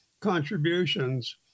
contributions